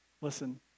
Listen